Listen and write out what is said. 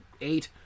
eight